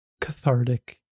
cathartic